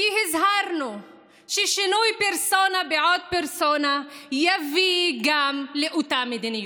כי הזהרנו ששינוי פרסונה בעוד פרסונה יביא לאותה מדיניות.